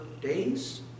days